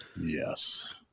Yes